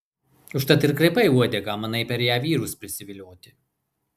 užtat ir kraipai uodegą manai per ją vyrus prisivilioti